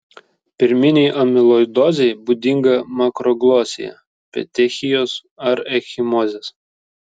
pirminei amiloidozei būdinga makroglosija petechijos ar ekchimozės